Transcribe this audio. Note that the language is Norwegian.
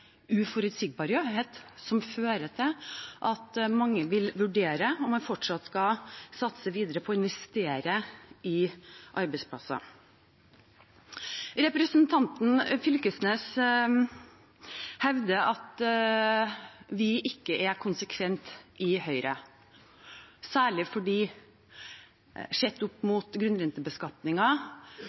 fremst uforutsigbarhet, som fører til at mange vil vurdere om de fortsatt skal satse videre på å investere i arbeidsplasser. Representanten Knag Fylkesnes hevder at vi i Høyre ikke er konsekvente, særlig fordi man – sett opp mot